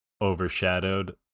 overshadowed